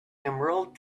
emerald